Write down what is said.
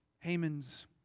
Haman's